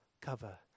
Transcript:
cover